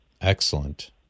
Excellent